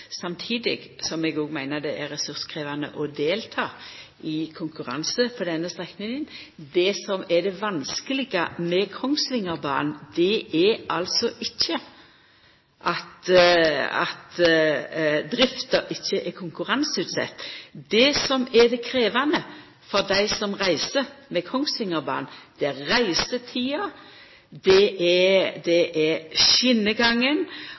samtidig som eg òg meiner det er ressurskrevjande å delta i konkurranse på denne strekninga. Det som er vanskeleg med Kongsvingerbanen, er altså ikkje at drifta ikkje er konkurranseutsett. Det som er krevjande for dei som reiser med Kongsvingerbanen, er reisetida, det er